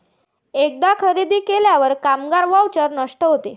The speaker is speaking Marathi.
एकदा खरेदी केल्यावर कामगार व्हाउचर नष्ट होते